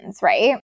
right